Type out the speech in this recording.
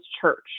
church